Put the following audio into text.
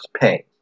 pain